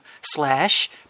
slash